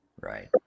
Right